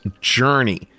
Journey